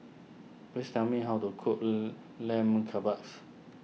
please tell me how to cook lam Lamb Kebabs